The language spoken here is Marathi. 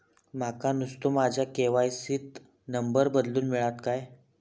माका नुस्तो माझ्या के.वाय.सी त नंबर बदलून मिलात काय?